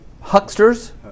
hucksters